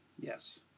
Yes